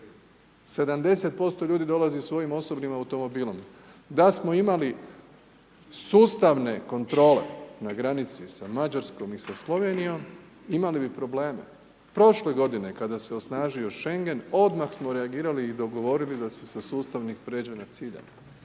70% ljudi dolazi svojim osobnim automobilom. Da smo imali sustavne kontrole na granici sa Mađarskom i sa Slovenijom, imali bi prošle godine kada se osnažio Schengen, odmah smo reagirali i dogovorili da se sa sustavnih pređe na civilno